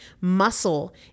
Muscle